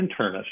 internist